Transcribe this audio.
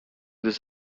this